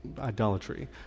idolatry